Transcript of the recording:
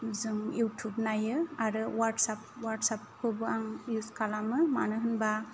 जों इउटुब नायो आरो अवाटसाब खौबो आं इउस खालामो